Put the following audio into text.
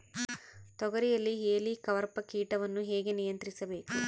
ತೋಗರಿಯಲ್ಲಿ ಹೇಲಿಕವರ್ಪ ಕೇಟವನ್ನು ಹೇಗೆ ನಿಯಂತ್ರಿಸಬೇಕು?